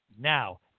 Now